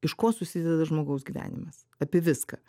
iš ko susideda žmogaus gyvenimas apie viską